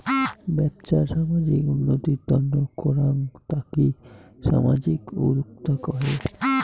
বেপছা সামাজিক উন্নতির তন্ন করাঙ তাকি সামাজিক উদ্যক্তা কহে